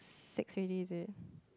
six already is it